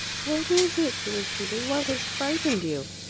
what is it? he repeated. what has frightened you?